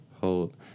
Hold